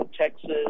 Texas